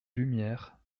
lumière